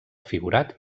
figurat